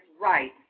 right